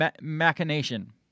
machination